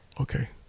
okay